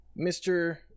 Mr